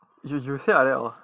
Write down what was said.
you you you say like that hor